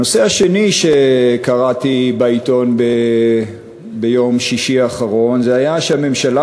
הנושא השני שקראתי עליו בעיתון ביום שישי האחרון הוא שהממשלה